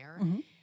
-hmm